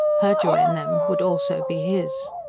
her joy in them would also be his.